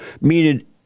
meaning